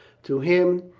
to him,